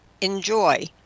enjoy